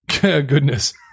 Goodness